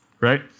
right